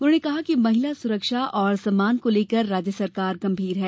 उन्होंने कहा कि महिला सुरक्षा और सम्मान को लेकर राज्य सरकार गंभीर है